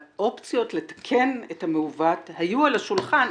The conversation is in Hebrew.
האופציות לתקן את המעוות היו על השולחן,